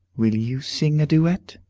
will you sing a duet?